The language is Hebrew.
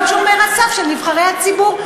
להיות שומר הסף של נבחרי הציבור,